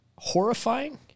Horrifying